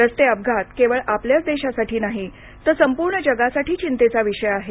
रस्ते अपघात केवळ आपल्याच देशासाठी नाही तर संपूर्ण जगासाठी चिंतेचा विषय आहे